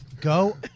go